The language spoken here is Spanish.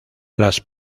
las